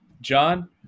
John